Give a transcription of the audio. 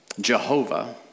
Jehovah